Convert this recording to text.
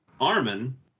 Armin